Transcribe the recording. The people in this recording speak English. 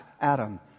Adam